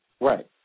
Right